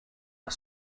are